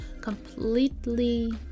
completely